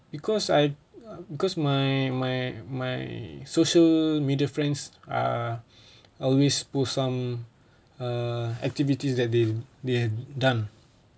because I because my my my social media friends are always pull some err activities that they they done